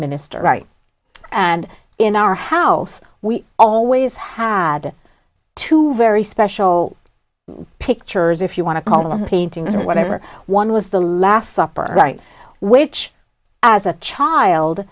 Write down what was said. minister right and in our house we always had two very special pictures if you want to call a painting or whatever one was the last supper right which as a child